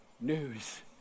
news